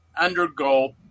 undergo